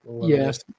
Yes